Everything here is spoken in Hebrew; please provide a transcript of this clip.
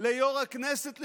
ליו"ר הכנסת לשעבר,